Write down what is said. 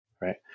right